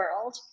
world